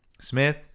Smith